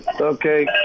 Okay